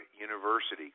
University